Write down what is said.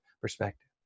perspective